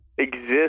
Exist